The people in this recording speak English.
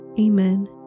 Amen